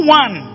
one